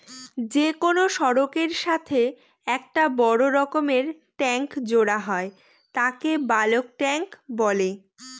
যে কোনো সড়কের সাথে একটা বড় রকমের ট্যাংক জোড়া হয় তাকে বালক ট্যাঁক বলে